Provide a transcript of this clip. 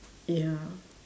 ya